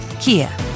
Kia